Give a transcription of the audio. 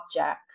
object